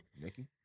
Nikki